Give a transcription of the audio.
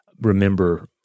remember